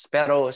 Pero